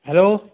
hello